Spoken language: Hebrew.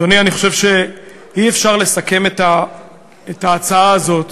אדוני, אני חושב שאי-אפשר לסכם את ההצעה הזאת